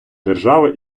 держави